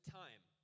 time